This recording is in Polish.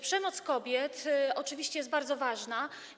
Przemoc wobec kobiet oczywiście jest bardzo ważna.